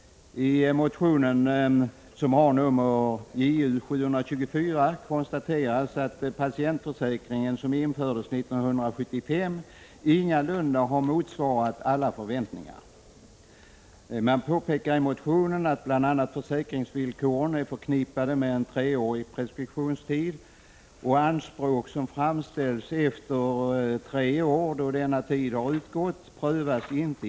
I motionen, som har nummer Ju724, konstateras att den patientförsäkring som infördes 1975 ingalunda har motsvarat alla förväntningar. Man påpekar i motionen att bl.a. försäkringsvillkoren är förknippade med en treårig preskriptionstid. Anspråk som framställs efter tre år, då alltså denna tid har utgått. prövas inte.